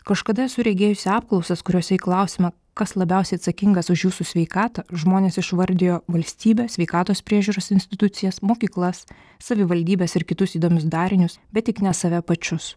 kažkada esu regėjusi apklausas kuriose į klausimą kas labiausiai atsakingas už jūsų sveikatą žmonės išvardijo valstybę sveikatos priežiūros institucijas mokyklas savivaldybes ir kitus įdomius darinius bet tik ne save pačius